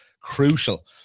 crucial